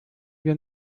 wir